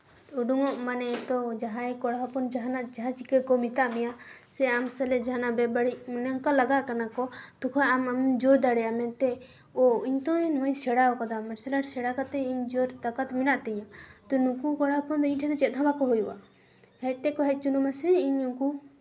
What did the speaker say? ᱩᱰᱩᱝ ᱚᱜ ᱢᱟᱱᱮ ᱛᱚ ᱡᱟᱦᱟᱸᱭ ᱠᱚᱲᱟ ᱦᱚᱯᱚᱱ ᱡᱟᱦᱟᱱᱟᱜ ᱡᱟᱦᱟᱸ ᱪᱤᱠᱟᱹ ᱠᱚ ᱢᱮᱛᱟᱜ ᱢᱮᱭᱟ ᱢᱟᱱᱮ ᱟᱢ ᱥᱟᱞᱟᱜ ᱵᱮᱵᱟᱹᱲᱤᱡ ᱢᱟᱱᱮ ᱞᱟᱜᱟᱜ ᱠᱟᱱᱟ ᱠᱚ ᱛᱚᱠᱷᱚᱡ ᱟᱢ ᱡᱳᱨ ᱫᱟᱲᱮᱭᱟᱜ ᱟᱢ ᱢᱮᱱᱛᱮ ᱤᱧᱛᱚ ᱱᱚᱣᱟᱧ ᱥᱮᱬᱟ ᱠᱟᱫᱟ ᱢᱟᱨᱥᱟᱞ ᱟᱨᱴ ᱥᱮᱬᱟ ᱠᱟᱛᱮ ᱤᱧ ᱡᱳᱨ ᱛᱟᱠᱚᱛ ᱢᱮᱱᱟᱜ ᱛᱤᱧᱟ ᱛᱚ ᱱᱩᱠᱩ ᱠᱚᱲᱟ ᱦᱚᱯᱚᱱ ᱫᱚ ᱤᱧ ᱴᱷᱮᱱ ᱪᱮᱫ ᱦᱚᱸ ᱵᱟᱠᱚ ᱦᱩᱭᱩᱜᱼᱟ ᱦᱮᱡ ᱛᱮᱜ ᱠᱚ ᱦᱮᱡ ᱦᱚᱪᱚᱜ ᱢᱟᱥᱮ ᱤᱧ ᱩᱱᱠᱩ